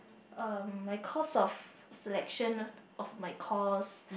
uh my course of selection of my course